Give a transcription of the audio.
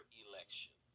election